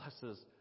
blesses